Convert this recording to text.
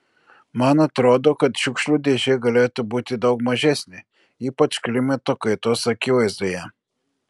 man atrodo kad šiukšlių dėžė galėtų būti daug mažesnė ypač klimato kaitos akivaizdoje